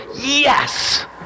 Yes